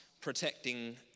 protecting